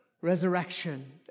resurrection